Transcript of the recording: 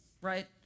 right